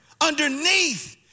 Underneath